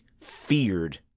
feared